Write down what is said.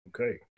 Okay